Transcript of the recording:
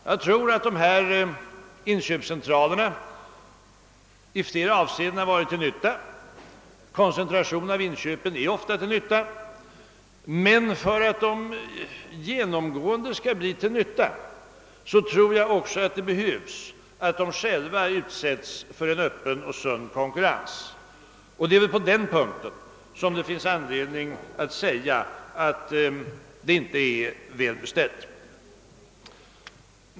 Jag tror att dessa inköpscentraler i flera avseenden har varit till nytta — koncentration av inköpen är ofta till nytta — men för att dessa företag genomgående skall bli till nytta tror jag det också behövs att de själva utsätts för en öppen och sund konkurrens. Det är på den punkten som det finns anledning säga att allt inte är väl beställt.